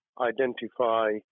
Identify